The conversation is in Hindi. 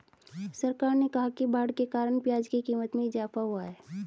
सरकार ने कहा कि बाढ़ के कारण प्याज़ की क़ीमत में इजाफ़ा हुआ है